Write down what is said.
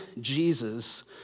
Jesus